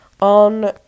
on